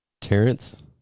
Terrence